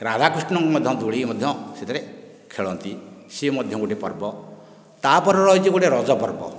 ରାଧାକୃଷ୍ଣଙ୍କୁ ବି ମଧ୍ୟ ସେଥିରେ ଦୋଳି ଖେଳନ୍ତି ସିଏ ମଧ୍ୟ ଗୋଟିଏ ପର୍ବ ତାପରେ ରହିଛି ଗୋଟିଏ ରଜ ପର୍ବ